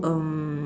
um